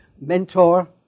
mentor